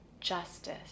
justice